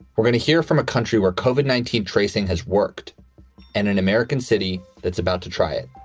we're going to hear from a country where covered nineteen tracing has worked in an american city that's about to try it.